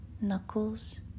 knuckles